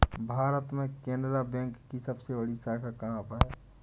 भारत में केनरा बैंक की सबसे बड़ी शाखा कहाँ पर है?